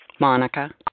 Monica